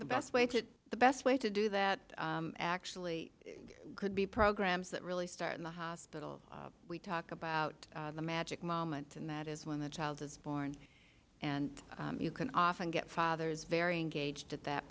the best way to the best way to do that actually could be programs that really start in the hospital we talk about the magic moment and that is when the child is born and you can often get fathers very engaged at that